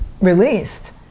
released